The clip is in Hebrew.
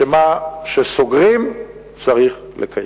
שמה שסוגרים צריך לקיים.